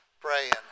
praying